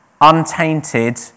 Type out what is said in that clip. untainted